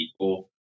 people